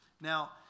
Now